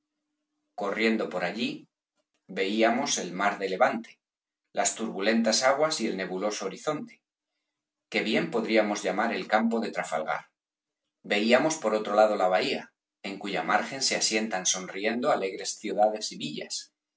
corriendo por allí veíamos el mar de levante las turbulentas aguas y el nebuloso horizonte que bien podríamos llamar el campo de trafalgar veíamos por otro lado la bahía en cuya margen se asientan sonriendo alegres ciudades y villas